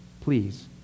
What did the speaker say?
Please